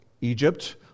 Egypt